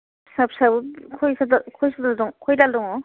फिसा फिसाबो खयस' दाल खय दाल दङ